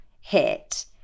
hit